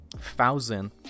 thousand